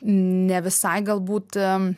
ne visai galbūt